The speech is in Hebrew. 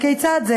כיצד זה